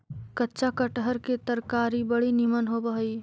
कच्चा कटहर के तरकारी बड़ी निमन होब हई